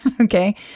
Okay